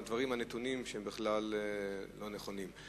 הנתונים שהם בכלל לא נכונים.